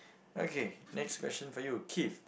okay next question for you